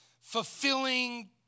fulfilling